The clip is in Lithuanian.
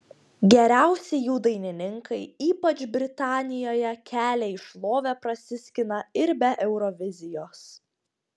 geriausi jų dainininkai ypač britanijoje kelią į šlovę prasiskina ir be eurovizijos